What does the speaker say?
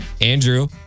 Andrew